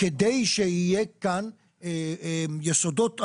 כדי שיהיה כאן יסודות אמיתיים,